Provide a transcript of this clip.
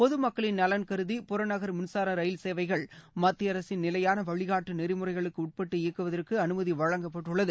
பொதுமக்களின் நலன் கருதி புறநகர் மின்சார ரயில் சேவைகள் மத்திய அரசின் நிலையான வழிகாட்டு நெறிமுறைகளுக்கு உட்பட்டு இயக்குவதற்கு அனுமதி வழங்கப்பட்டுள்ளது